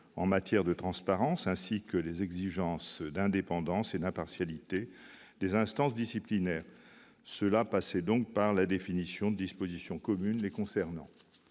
en matière de transparence, ainsi que les exigences d'indépendance et d'impartialité des instances disciplinaires. Cela passait par conséquent par la définition de dispositions communes les concernant.